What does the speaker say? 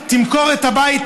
תמכור את הבית,